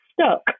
stuck